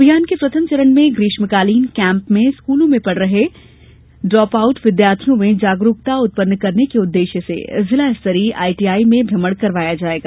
अभियान के प्रथम चरण में ग्रीष्मकालीन कैम्प में स्कूलों में पढ़ रहे ड्रापआउट विद्यार्थियों में जागरूकता उत्पन्न करने के उद्ेश्य से जिला स्तरीय आईटीआई में भ्रमण करवाया जायेगा